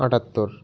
আটাত্তর